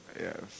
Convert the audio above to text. yes